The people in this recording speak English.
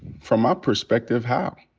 from my perspective how?